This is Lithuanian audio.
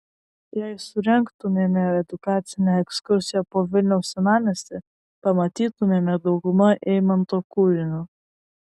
jei surengtumėme edukacinę ekskursiją po vilniaus senamiestį pamatytumėme daugumą eimanto kūrinių